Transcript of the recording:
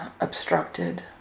obstructed